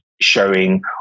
showing